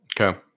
Okay